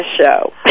show